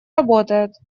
работает